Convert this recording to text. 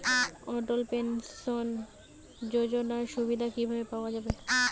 অটল pension যোজনার সুবিধা কি ভাবে পাওয়া যাবে?